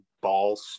Ball